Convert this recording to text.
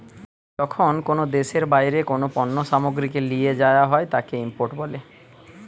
যখন কোনো দেশের বাইরে কোনো পণ্য সামগ্রীকে লিয়ে যায়া হয় তাকে ইম্পোর্ট বলে